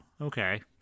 okay